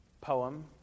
poem